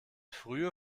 frühe